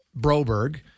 Broberg